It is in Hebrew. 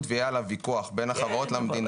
ויהיה עליו פיקוח בין החברות למדינה,